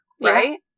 right